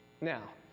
Now